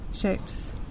shapes